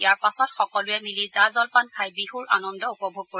ইয়াৰ পাছত সকলোৱে মিলি জা জলপান খাই বিছৰ আনন্দ উপভোগ কৰিব